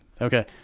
Okay